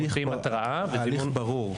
ההליך ברור.